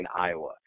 Iowa